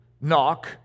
knock